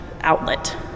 outlet